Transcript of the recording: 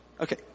Okay